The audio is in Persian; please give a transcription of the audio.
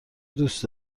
دوست